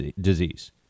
disease